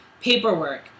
paperwork